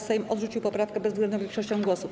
Sejm odrzucił poprawkę bezwzględną większością głosów.